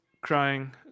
crying